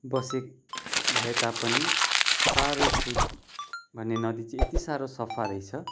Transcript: बसे भए तापनि पारोछु भन्ने नदी चाहिँ यति साह्रो सफा रहेछ